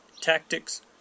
tactics